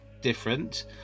different